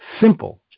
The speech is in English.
Simple